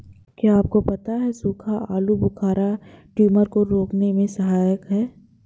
क्या आपको पता है सूखा आलूबुखारा ट्यूमर को रोकने में सहायक है?